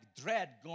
dread